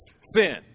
sin